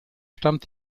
stammt